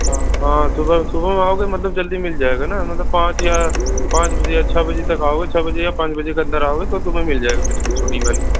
हाँ हाँ सुबह सुबह में आओगे मतलब जल्दी मिल जाएगा ना मतलब पाँच या पाँच बजे या छः बजे तक आओगे छः बजे या पाँच बजे के अंदर आओगे तो तुम्हे मिल जाएगा मछली छोटी वाली